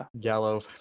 Gallo